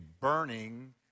burning